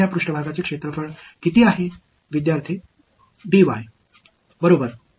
இப்போது இந்த வெளிப்பாடு இங்கே உங்களுக்கு ஏதாவது நினைவூட்டுகிறதா